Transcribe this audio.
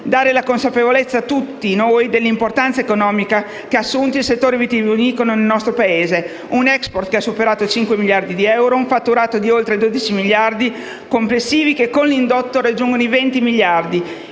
dare la consapevolezza a tutti noi dell'importanza economica che ha assunto il settore vitivinicolo nel nostro Paese. Un *export* che ha superato i cinque miliardi di euro, un fatturato di oltre 12 miliardi complessivi, che con l'indotto, raggiunge i 20 miliardi.